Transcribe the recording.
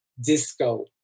disco